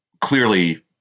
clearly